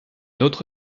autre